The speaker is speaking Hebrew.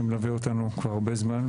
שמלווה אותנו כבר הרבה זמן,